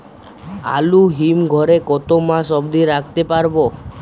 আলু হিম ঘরে কতো মাস অব্দি রাখতে পারবো?